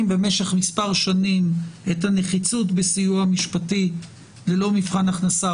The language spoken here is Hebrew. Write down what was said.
במשך מספר שנים את הנחיצות בסיוע משפטי ללא מבחן הכנסה,